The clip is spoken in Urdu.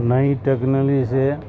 نئی ٹیکنلوئی سے